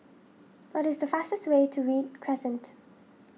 what is the fastest way to Read Crescent